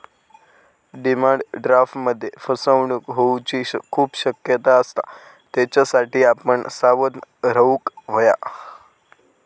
demand ड्राफ्टमध्ये फसवणूक होऊची खूप शक्यता असता, त्येच्यासाठी आपण सावध रेव्हूक हव्या